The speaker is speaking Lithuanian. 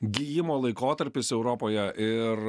gijimo laikotarpis europoje ir